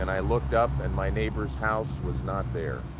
and i looked up, and my neighbor's house was not there.